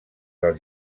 del